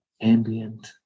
ambient